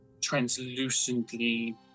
translucently